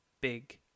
big